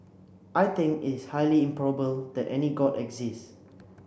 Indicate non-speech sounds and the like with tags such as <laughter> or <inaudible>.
I think its highly <unintelligible> that any god exists